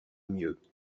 mieux